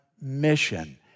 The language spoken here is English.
mission